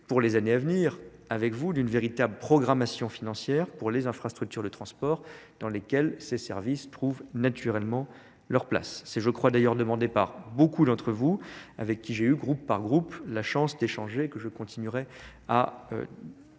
pour les années à venir. Avec vous d'une véritable programmation financière pour les infrastructures de transport, dans lesquelles ces services trouvent naturellement leur place. C'est je crois, d'ailleurs demandé par beaucoup d'entre vous, avec qui j'ai eu, groupe par groupe, la chance d'échanger que je continuerai à